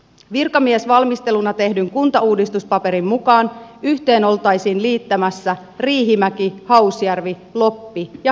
virkamiesvalmisteluna tehdyn kuntauudistuspaperin mukaan yhteen oltaisiin liittämässä riihimäki hausjärvi loppi ja hyvinkää